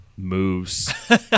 moves